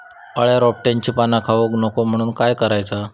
अळ्या रोपट्यांची पाना खाऊक नको म्हणून काय करायचा?